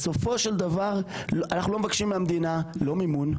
בסופו של דבר אנחנו לא מבקשים מהמדינה, לא מימון.